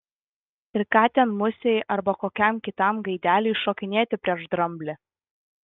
ir ką ten musei arba kokiam kitam gaideliui šokinėti prieš dramblį